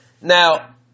Now